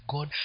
God